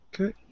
Okay